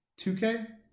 2K